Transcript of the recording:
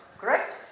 Correct